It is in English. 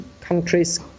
countries